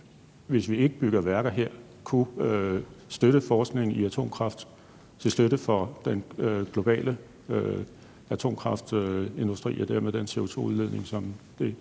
hvis vi ikke bygger værker her, kunne støtte forskningen i atomkraft til støtte for den globale atomkraftindustri og dermed reducere CO2-udledningen? Kl.